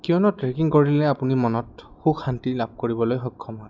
কিয়নো ট্ৰেকিং কৰিলে আপুনি মনত সুখ শান্তি লাভ কৰিবলৈ সক্ষম হয়